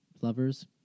lovers